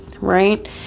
right